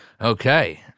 Okay